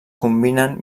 combinen